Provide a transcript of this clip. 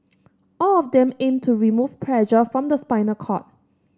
all of them aim to remove pressure from the spinal cord